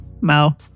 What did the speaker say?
Mo